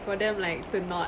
for them like to not